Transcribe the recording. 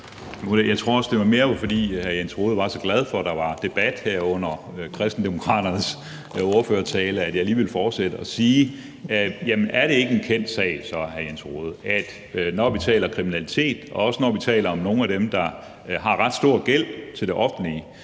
Skaarup (DF): Det var mere, fordi hr. Jens Rohde var så glad for, at der var debat under Kristendemokraternes ordførertale, at jeg så alligevel ville fortsætte og sige: Jamen er det ikke en kendt sag, hr. Jens Rohde, at når vi taler kriminalitet, og også når vi taler om nogle af dem, der har ret stor gæld til det offentlige,